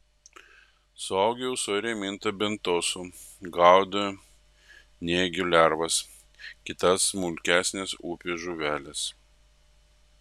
suaugę ūsoriai minta bentosu gaudo nėgių lervas kitas smulkesnes upių žuveles